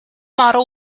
model